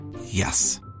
Yes